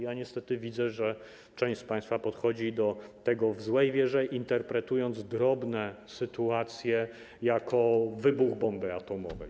Ja niestety widzę, że część z państwa podchodzi do tego w złej wierze, interpretując drobne sytuacje jako co najmniej wybuch bomby atomowej.